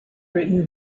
written